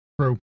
True